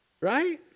right